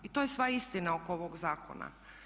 I to je sva istina oko ovog zakona.